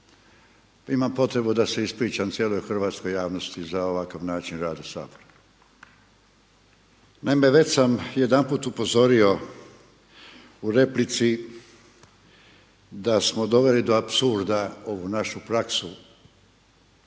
imam potrebu da se ispričam cijeloj hrvatskoj javnosti za ovakav način rada Sabora. Naime, već sam jedanput upozorio u replici da smo doveli do apsurda ovu našu praksu